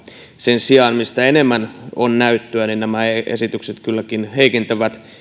sen sijaan mistä enemmän on näyttöä nämä esitykset kylläkin heikentävät